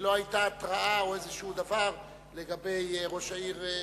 שלא היתה התרעה או איזה דבר לגבי ראש העיר נצרת.